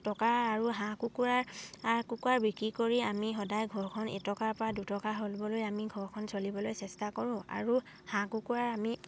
টকা আৰু হাঁহ কুকুৰা বিক্ৰী কৰি আমি সদায় ঘৰখন এটকাৰ পৰা দুটকা কৰিবলৈ আমি ঘৰখন চলিবলৈ চেষ্টা কৰোঁ আৰু হাঁহ কুকুৰাৰ আমি